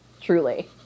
truly